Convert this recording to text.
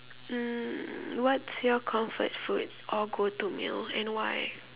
mm what's your comfort food or go to meal and why